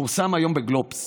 פורסם היום בגלובס